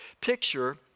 picture